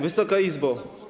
Wysoka Izbo!